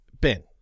Ben